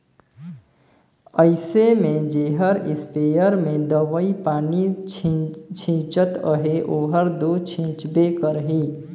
अइसे में जेहर इस्पेयर में दवई पानी छींचत अहे ओहर दो छींचबे करही